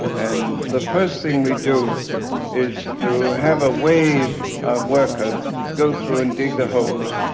and the first thing we do is to have a wave of workers go through and dig the holes.